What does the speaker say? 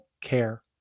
care